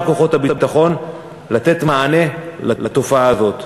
כוחות הביטחון לתת מענה לתופעה הזאת.